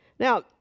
Now